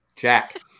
Jack